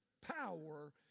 Power